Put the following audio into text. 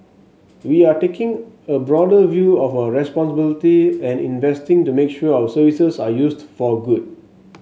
we are taking a broader view of our responsibility and investing to make sure our services are used for good